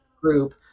group